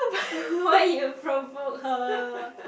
why you provoke her